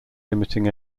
limiting